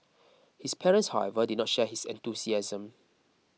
his parents however did not share his enthusiasm